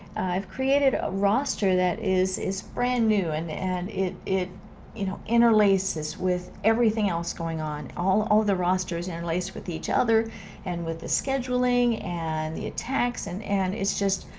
i've created a roster that is is brand new and and it it you know interlaces with everything else going on. all all the rosters interlace with each other and with the scheduling and the attacks, and and it's just